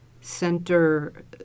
center